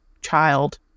child